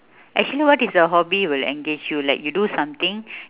actually what is the hobby will engage you like you do something